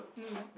mm